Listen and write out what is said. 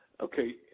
Okay